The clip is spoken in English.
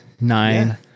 nine